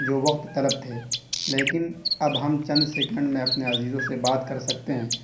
جو وقت طلب تھے لیکن اب ہم چند سیکنڈ میں اپنے عزیزوں سے بات کر سکتے ہیں